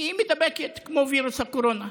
היא מידבקת כמו וירוס הקורונה.